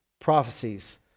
prophecies